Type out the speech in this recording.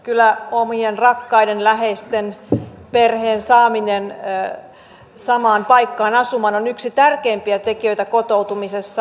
kyllä omien rakkaiden läheisten perheen saaminen samaan paikkaan asumaan on yksi tärkeimpiä tekijöitä kotoutumisessa